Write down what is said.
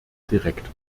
direkt